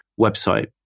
website